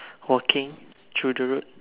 walking through the road